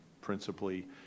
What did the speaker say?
principally